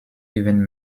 even